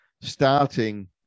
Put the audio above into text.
starting